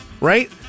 Right